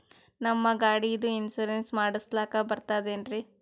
ನಮ್ಮ ಗಾಡಿದು ಇನ್ಸೂರೆನ್ಸ್ ಮಾಡಸ್ಲಾಕ ಬರ್ತದೇನ್ರಿ?